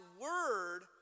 word